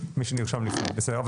בסדר,